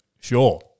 sure